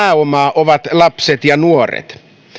ovat lapset ja nuoret